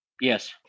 Yes